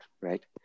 Right